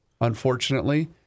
unfortunately